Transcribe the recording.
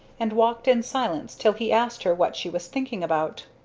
and walked in silence till he asked her what she was thinking about.